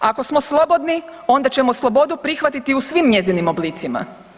Ako smo slobodni onda ćemo slobodu prihvatiti u svim njezinim oblicima.